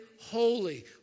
holy